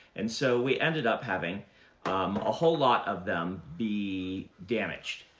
and so we ended up having a whole lot of them be damaged.